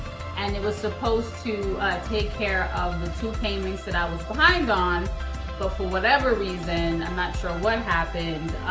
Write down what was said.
and it was supposed to take care of the two payments that i was behind on. but for whatever reason, i'm not sure what happened,